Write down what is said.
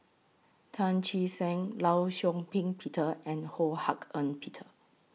Tan Che Sang law Shau Ping Peter and Ho Hak Ean Peter